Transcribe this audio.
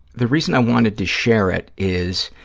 the reason i wanted to share it is,